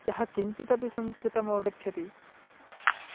यः किञ्चिदपि संस्कृतम् अवगच्छति